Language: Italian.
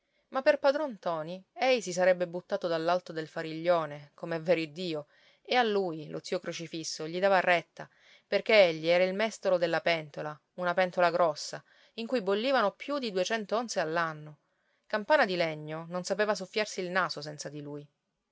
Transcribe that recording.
ma per padron ntoni ei si sarebbe buttato dall'alto del fariglione com'è vero iddio e a lui lo zio crocifisso gli dava retta perché egli era il mestolo della pentola una pentola grossa in cui bollivano più di duecento onze all'anno campana di legno non sapeva soffiarsi il naso senza di lui